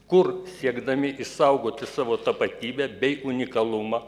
kur siekdami išsaugoti savo tapatybę bei unikalumą